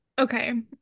Okay